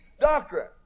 doctrine